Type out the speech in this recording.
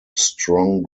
strong